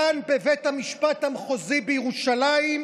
כאן בבית המשפט המחוזי בירושלים,